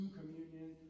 communion